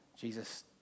Jesus